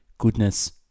Goodness